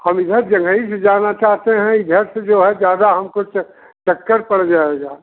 हम इधर जंघई से जाना चाहते हैं इधर से जो है ज़्यादा हमको च चक्कर पड़ जाएगा